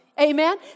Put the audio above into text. Amen